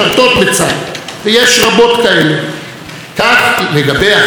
כך לגבי החילונים שמניחים תפילין כל בוקר,